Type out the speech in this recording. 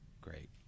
Great